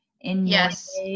Yes